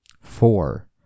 four